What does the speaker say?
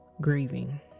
grieving